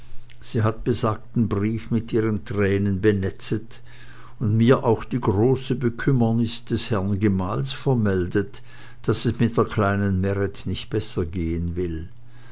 sie hat besagten brief mit ihren thränen benetzet und mir auch die große bekümmerniß des herren gemahls vermeldet daß es mit der kleinen meret nicht besser gehen will